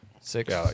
Six